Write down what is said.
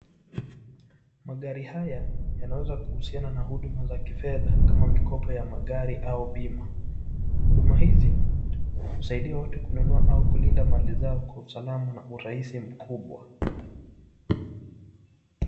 Magari haya yanaweza kuhusiana na huduma za kifedha kama mikopo ya magari au bima, huduma hizi husaidia watu kununua au kulinda mali zao kwa usalama na urahisi mkubwa.